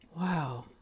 Wow